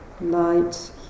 Light